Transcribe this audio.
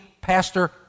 Pastor